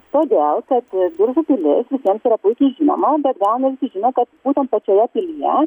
todėl kad biržų pilis visiems yra puikiai žinoma bet gaunanti kad būtent pačioje pilyje